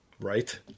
right